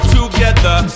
together